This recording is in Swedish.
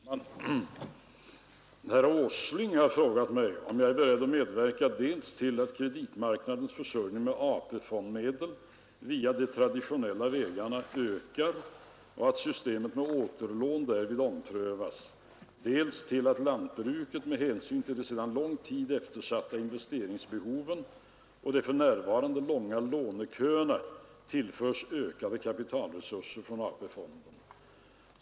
Herr talman! Herr Åsling har frågat mig om jag är beredd medverka dels till att kreditmarknadens försörjning med AP-fondmedel via de traditionella vägarna ökar och att systemet med återlån därvid omprövas, dels till att lantbruket med hänsyn till de sedan lång tid eftersatta investeringsbehoven och de för närvarande långa låneköerna tillförs ökade kapitalresurser från AP-fonden.